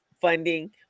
funding